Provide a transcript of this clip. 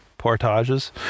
portages